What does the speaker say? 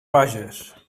bages